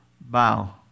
bow